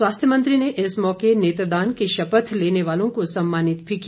स्वास्थ्य मंत्री ने इस मौके नेत्रदान की शपथ लेने वालों को सम्मानित भी किया